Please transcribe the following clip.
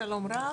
שלום רב.